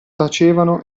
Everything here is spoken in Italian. tacevano